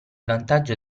vantaggio